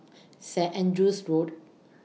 Saint Andrew's Road